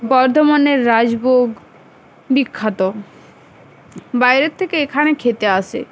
বর্ধমানের রাজভোগ বিখ্যাত বাইরের থেকে এখানে খেতে আসে